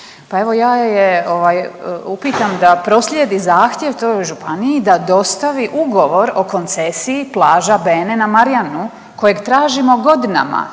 pa evo ja je evo upitam da proslijedi zahtjev toj županiji da dostavi ugovor o koncesiji plaža Bene na Marijanu jel kojeg tražimo godinama.